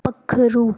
पक्खरू